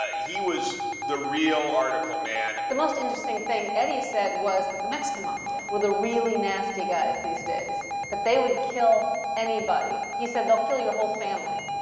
ah he was the real article, man. the most interesting thing eddie said was that the mexican mafia were the really nasty guys these days that they would kill anybody. he said, they'll kill your whole family.